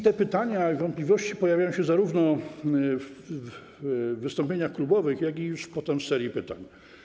Te pytania i wątpliwości pojawiały się zarówno w wystąpieniach klubowych, jak i potem w serii pytań.